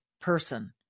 person